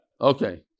okay